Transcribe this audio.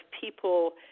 people